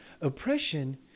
Oppression